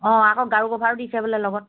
অ আকৌ গাৰু ক'ভাৰো দিছে বোলে লগত